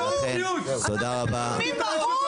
אנחנו --- באו"ם.